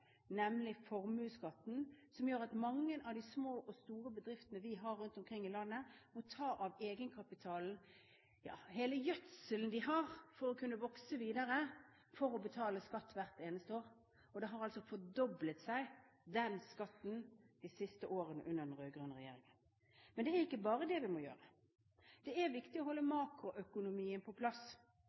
nemlig formuesskatten, som gjør at mange av de små og store bedriftene vi har rundt omkring i landet, må ta av egenkapitalen, ja, hele gjødselen de har for å kunne vokse videre, for å betale skatt hvert eneste år. Den skatten har altså fordoblet seg under den rød-grønne regjeringen. Men det er ikke bare det vi må gjøre. Det er viktig å holde makroøkonomien på plass.